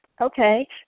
Okay